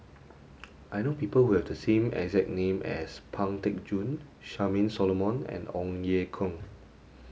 I know people who have the exact name as Pang Teck Joon Charmaine Solomon and Ong Ye Kung